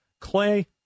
Clay